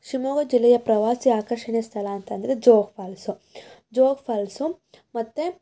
ಶಿವ್ಮೊಗ್ಗ ಜಿಲ್ಲೆಯ ಪ್ರವಾಸಿ ಆಕರ್ಷಣೆ ಸ್ಥಳ ಅಂತ ಅಂದರೆ ಜೋಗ ಫಾಲ್ಸು ಜೋಗ ಫಾಲ್ಸು ಮತ್ತು